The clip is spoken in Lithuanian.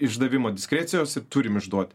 išdavimą diskrecijos ir turime išduoti